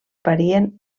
varien